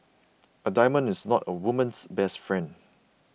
a diamond is not a woman's best friend